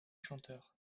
chanteurs